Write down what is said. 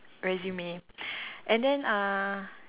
resume and then uh